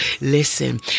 Listen